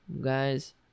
guys